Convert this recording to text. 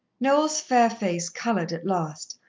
noel's fair face coloured at last,